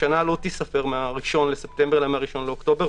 השנה לא תיספר מה-1 בספטמבר אלא מה-1 באוקטובר,